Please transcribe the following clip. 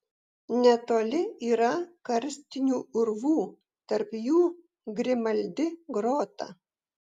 netoli yra karstinių urvų tarp jų grimaldi grota